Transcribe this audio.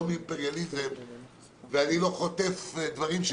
לא מאימפריאליזם ואני לא חוטף דברים של